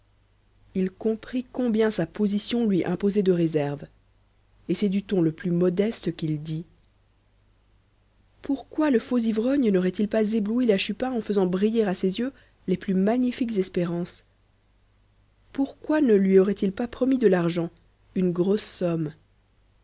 il comprit combien sa position lui imposait de réserve et c'est du ton le plus modeste qu'il dit pourquoi le faux ivrogne n'aurait-il pas ébloui la chupin en faisant briller à ses yeux les plus magnifiques espérances pourquoi ne lui aurait-il pas promis de l'argent une grosse somme